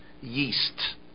yeast